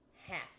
half